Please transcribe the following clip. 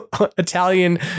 Italian